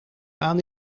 aan